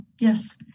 yes